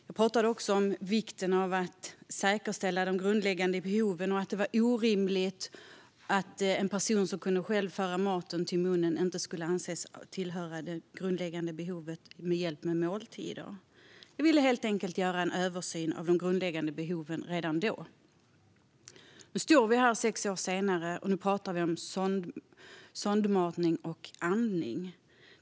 Jag pratade också om att det var orimligt att en person som själv kan föra maten till munnen inte skulle anses uppfylla kraven för det grundläggande behovet hjälp med måltider. Jag ville helt enkelt göra en översyn av de grundläggande behoven redan då. Nu står vi här sex år senare och pratar om sondmatning och andning.